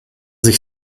sich